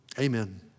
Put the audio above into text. Amen